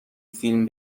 فیلم